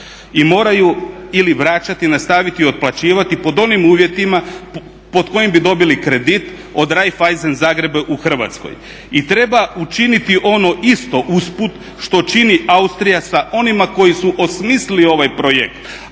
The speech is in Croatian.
i moraju ili vraćati, nastaviti otplaćivati pod onim uvjetima pod kojim bi dobili kredit od Raiffeisena Zagreba u Hrvatskoj. I treba učiniti ono isto usput što čini Austrija sa onima koji su osmislili ovaj projekt.